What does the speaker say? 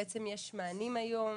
בעצם יש מענים היום,